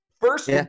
First